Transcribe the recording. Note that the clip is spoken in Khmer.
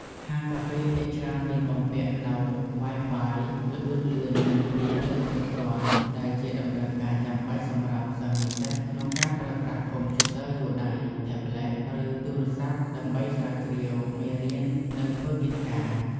ហាងកាហ្វេភាគច្រើនមានបំពាក់នូវ ហ្វាយហ្វាយ ល្បឿនលឿន និង ព្រីភ្លើង គ្រប់គ្រាន់ ដែលជាតម្រូវការចាំបាច់សម្រាប់សិស្សនិស្សិតក្នុងការប្រើប្រាស់កុំព្យូទ័រយួរដៃ ថេប្លេត ឬទូរស័ព្ទដើម្បីស្រាវជ្រាវមេរៀន និងធ្វើកិច្ចការ។